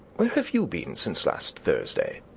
where have you been since last thursday?